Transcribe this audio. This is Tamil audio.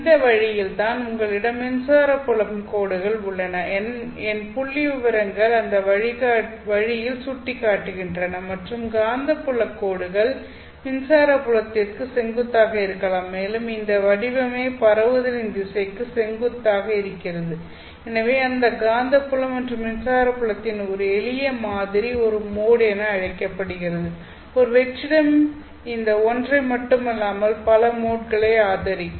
இந்த வழியில் தான் உங்களிடம் மின்சார புலம் கோடுகள் உள்ளன என் புள்ளிவிவரங்கள் அந்த வழியில் சுட்டிக்காட்டுகின்றன மற்றும் காந்தப்புல கோடுகள் மின்சார புலத்திற்கு செங்குத்தாக இருக்கலாம் மேலும் இந்த வடிவமே பரவுதலின் திசைக்கு செங்குத்தாக இருக்கிறது எனவே காந்தப்புலம் மற்றும் மின்சார புலத்தின் ஒரு எளிய மாதிரி ஒரு மோட் என அழைக்கப்படுகிறது ஒரு வெற்றிடம் இந்த ஒன்றை மட்டுமல்லாமல் பல மோட்களை ஆதரிக்கும்